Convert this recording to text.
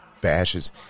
bashes